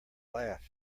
laugh